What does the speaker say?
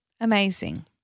Amazing